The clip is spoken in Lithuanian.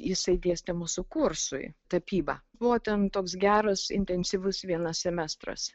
jisai dėstė mūsų kursui tapybą buvo ten toks geras intensyvus vienas semestras